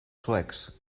suecs